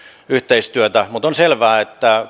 yhteistyötä mutta on selvää että